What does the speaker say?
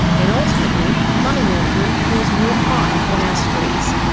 and ultimately money laundering fuels more crime on our streets.